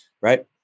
right